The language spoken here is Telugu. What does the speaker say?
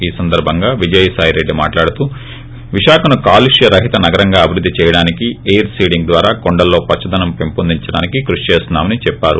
ఈ సందర్సంగా విజయసాయి రెడ్డి మాట్హాడుతూ విశాఖను కాలుష్య రహీత నగరంగా అభివృద్దీ చేయడానికి ఎయిరో సీడింగ్ ద్వారా కొండల్లో పచ్చదనం పెంపునకు కృషి చేస్తున్నా మని చెప్పారు